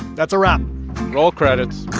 that's a wrap roll credits